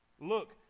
Look